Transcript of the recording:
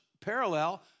parallel